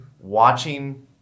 watching